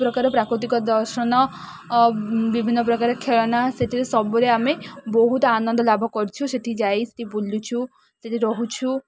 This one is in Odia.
ପ୍ରକାର ପ୍ରାକୃତିକ ଦର୍ଶନ ବିଭିନ୍ନ ପ୍ରକାର ଖେଳନା ସେଥିରେ ସବୁରେ ଆମେ ବହୁତ ଆନନ୍ଦ ଲାଭ କରିଛୁ ସେଠି ଯାଇ ସେଠି ବୁଲୁଛୁ ସେଠି ରହୁଛୁ